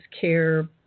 care